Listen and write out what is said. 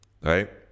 Right